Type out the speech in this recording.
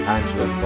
Angela